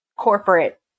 corporate